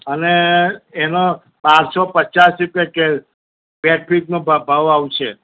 અને એનો બાર સો પચાસ રૂપિયા કેશ બેડ શીટનો ભાવ આવશે